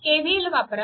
KVL वापरा